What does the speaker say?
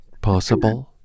possible